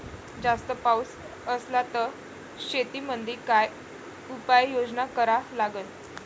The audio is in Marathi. जास्त पाऊस असला त शेतीमंदी काय उपाययोजना करा लागन?